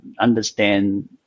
understand